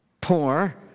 poor